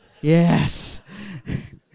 Yes